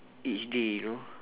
each day you know